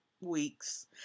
weeks